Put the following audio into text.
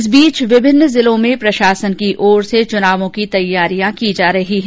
इस बीच विभिन्न जिलों में प्रशासन की ओर से चुनावों की तैयारियां की जा रही है